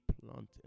planting